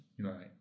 Right